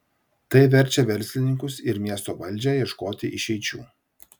tai verčia verslininkus ir miesto valdžią ieškoti išeičių